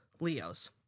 leos